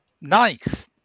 Nice